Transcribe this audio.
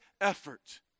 effort